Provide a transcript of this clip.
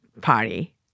party